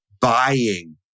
buying